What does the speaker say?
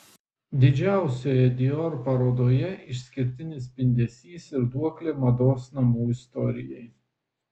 didžiausioje dior parodoje išskirtinis spindesys ir duoklė mados namų istorijai